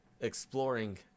exploring